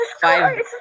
five